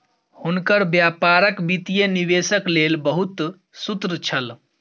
हुनकर व्यापारक वित्तीय निवेशक लेल बहुत सूत्र छल